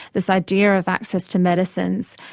this idea of access to medicines,